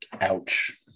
Ouch